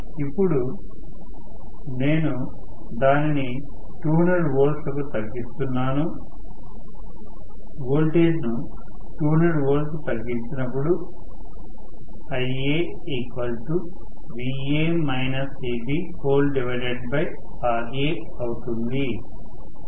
ఇప్పుడు నేను దానిని 200 వోల్ట్లకు తగ్గిస్తున్నాను వోల్టేజ్ను 200 వోల్ట్లకు తగ్గించినప్పుడు IaVa EbRaఅవుతుంది